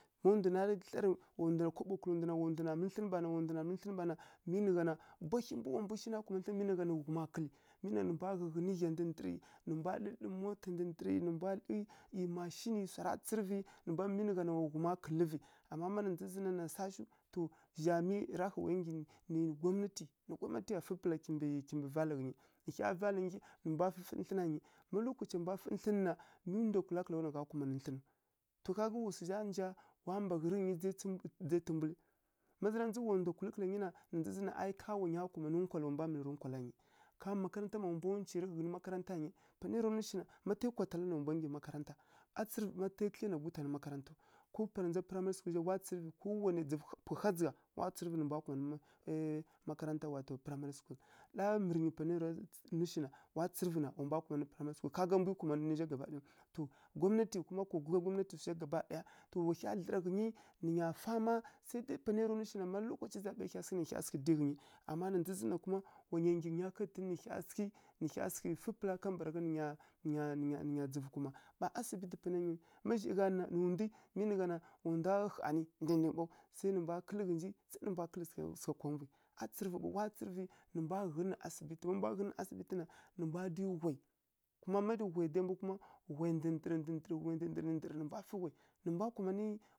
Má ndu na thlarǝ wa kaɓo kǝla ndu na wa ndu na mǝlǝ thlǝn bana, wa ndu na mǝlǝ thlǝn bana mi nǝ gha na bwahyi mbu wa mbu shi na kumanǝ thlǝnǝ mi nǝ gha na nǝ ghuma kǝlǝ. Mi nǝ gha na nǝ mbwa ghǝghǝn ghya ndǝndǝrǝ nǝ mbwa dlǝdlǝrǝ mota ndǝndǝrǝ nǝ mbwa dlǝ ˈyi macinǝ swara tsǝrǝvǝ mi nǝ gha na wa ghuma kǝlǝ vǝ amma ma ndza zǝn na swa shiw. To zha miyi ra ghǝi nǝ gwamnati wa nggyi nǝ gwamnatiya, nǝ gwamnatiya fǝ pǝla kimbǝ vala ghǝnyi nǝ hya vala ghǝnyi nǝ mbwa fǝfǝ thlǝna ghǝnyi ma lokaci mba fǝ thlǝnǝ na mi ndwa kula kǝla ghaw na gha kumanǝ thlǝnǝw. Ka ga wa swu zha nja wa mbaghǝrǝ ghǝnyi dzai tǝmbulǝ. Má zǝ ra ndza wa ndwa kulǝ kǝla ghǝnyi na, na dza zǝn na aˈi ka wa nya kumanǝ nkwalǝ ká wa mbwa mǝlǝrǝ nkwala ghǝnyi, ka makaranta mma ka wa mbwa uncairǝ ghǝnǝ makaranta ghǝnyi. Panai ya ra nwu shinǝ ma tai kwa tala na wa mbwa nggyi makaranta a tsǝrǝvǝ ma tai kǝdlyiya na gutan makarantaw. Pana ndza primary school zha pughǝ hazǝgha wa tsǝrǝvǝ nǝ mbwa kumanǝ makaranta wa to primary school, lá mirinyi panai ya ra nwu shina wa tsǝrǝvǝ na wa mbwa kumanǝ primary school. Ká mbwi kumanǝ ninja gaba ɗayaw. Gwamnati, kuma kwa gudlya gwamnati swu zha gaba ɗaya to wa hya dlǝra ghǝnyi nǝ nya fama sai dai panai ya ra nwu shina ma lokaca zaɓǝ hya mǝlǝvǝ na nǝ hya sǝghǝ dǝyi ghǝnyi. Amma na dza zǝn kuma wa nya nggyi nǝ nya ká ghǝtǝn nǝ hya sǝghǝ nǝ hya sǝghǝ fǝ pǝla kambǝragha nǝ nya, nya, nya, nya, nǝ nya dzǝvu kuma. Ɓa asibiti ma zhai gha nǝ na nǝ ndwi wa hanǝ ndaindangǝ ɓaw sai nǝ mbwa kǝlǝ ghǝnji kwa muvi a tsǝrǝvǝ ɓaw, wa tsǝrǝvǝ nǝ mbwa ghǝnǝ asibiti, ma mbwa ghǝnǝ asibiti na nǝ mbwa dǝyi ghwai, ma irǝ ghwai dǝdǝya mbu má ghwai ndǝndǝrǝ, ndǝndǝrǝ, ghwai ndǝndǝrǝ, ndǝndǝrǝ, nǝ mbwa fǝ ghwai ǝ mbwa kumanǝ.